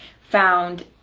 found